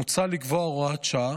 מוצע לקבוע הוראת שעה